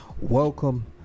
welcome